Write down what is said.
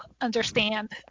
understand